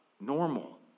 normal